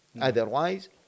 Otherwise